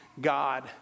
God